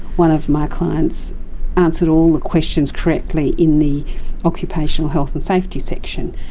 one of my clients answered all the questions correctly in the occupational health and safety section,